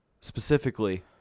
Specifically